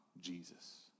Jesus